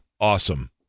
awesome